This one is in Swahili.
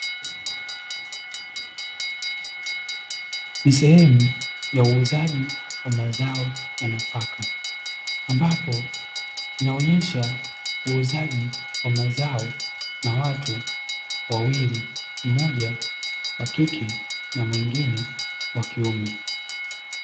Ni sehemu ya uuzaji wa mazao ya nafaka, ambapo inaonyesha wauzaji wa mazao na watu wawili mmoja wakike na mwingine wakiume